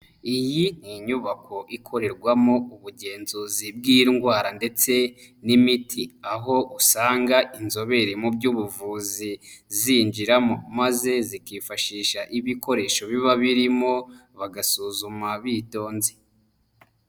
Iyi ni inyubako ikorerwamo ubugenzuzi bw'indwara ndetse n'imiti, aho usanga inzobere mu by'ubuvuzi zinjiramo maze zikifashisha ibikoresho biba birimo bagasuzuma bitonze.